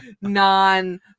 non